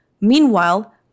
Meanwhile